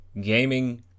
gaming